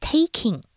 Taking